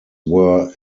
were